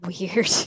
Weird